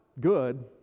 good